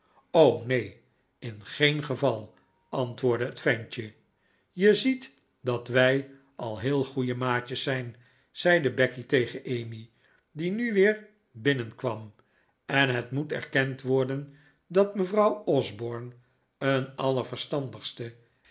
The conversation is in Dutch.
nee in geen geval antwoordde het ventje je ziet dat wij al heel goeie maatjes zijn zeide becky tegen emmy die nu weer binnenkwam en het moet erkend worden dat mevrouw osborne een allerverstandigste